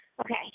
okay